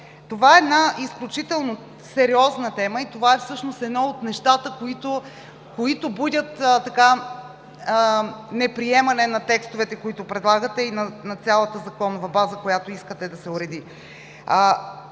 това е изключително сериозна тема. Това е всъщност едно от нещата, които будят неприемане на текстовете, които предлагате, и на цялата законова база, която искате да се уреди.